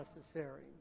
necessary